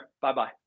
Bye-bye